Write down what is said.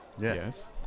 Yes